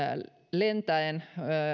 lentäen